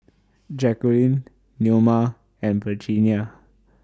Jacquelynn Neoma and Virginia